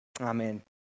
amen